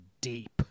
deep